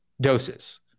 doses